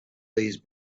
these